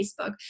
Facebook